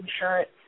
insurance